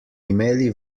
imeli